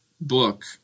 book